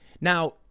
Now